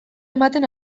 ematen